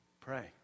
pray